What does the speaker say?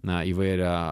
na įvairią